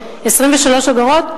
23 אגורות,